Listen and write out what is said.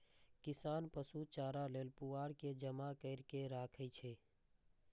किसान पशु चारा लेल पुआर के जमा कैर के राखै छै